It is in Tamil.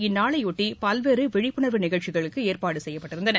இந்நாளையொட்டி பல்வேறு விழிப்புணர்வு நிகழ்ச்சிகளுக்கு ஏற்பாடுகள் செய்யப்பட்டிருந்தன